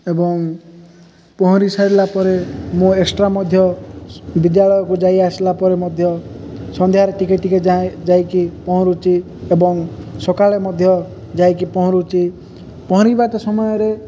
ଏବଂ ପହଁରି ସାରିଲା ପରେ ମୁଁ ଏକ୍ସଟ୍ରା ମଧ୍ୟ ବିଦ୍ୟାଳୟକୁ ଯାଇ ଆସିଲା ପରେ ମଧ୍ୟ ସନ୍ଧ୍ୟାରେ ଟିକେ ଟିକେ ଯାହା ଯାଇକି ପହଁରୁଛି ଏବଂ ସକାଳେ ମଧ୍ୟ ଯାଇକି ପହଁରୁଛି ପହଁରିବାଟା ସମୟରେ